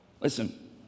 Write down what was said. Listen